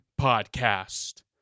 podcast